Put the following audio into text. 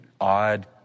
odd